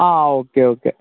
ആ okay okay